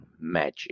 magic